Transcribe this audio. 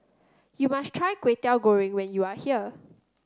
you must try Kway Teow Goreng when you are here